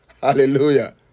Hallelujah